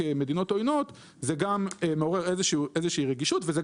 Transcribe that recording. כמדינות עוינות מעורר איזושהי רגישות ולא